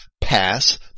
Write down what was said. pass